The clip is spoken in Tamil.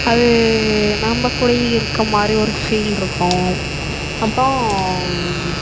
அது நம்மக்கூடயே இருக்க மாதிரி ஒரு ஃபீல் இருக்கும் அப்புறம்